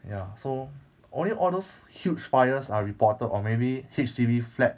ya so only all those huge fires are reported or maybe H_D_B flat